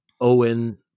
Owen